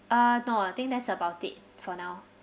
uh no I think that's about it for now